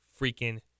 freaking